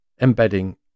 embedding